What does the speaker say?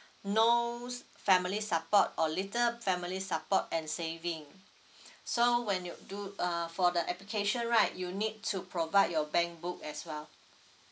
no family support or little family support and saving so when you do uh for the application right you need to provide your bankbook as well